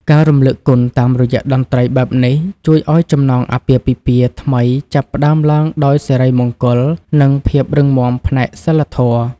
ការរំលឹកគុណតាមរយៈតន្ត្រីបែបនេះ ជួយឱ្យចំណងអាពាហ៍ពិពាហ៍ថ្មីចាប់ផ្តើមឡើងដោយសិរីមង្គល និងភាពរឹងមាំផ្នែកសីលធម៌។